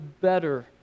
better